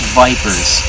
vipers